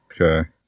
Okay